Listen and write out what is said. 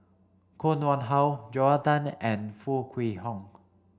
Koh Nguang How Joel Tan and Foo Kwee Horng